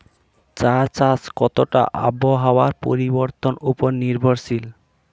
চা চাষ কতটা আবহাওয়ার পরিবর্তন উপর নির্ভরশীল?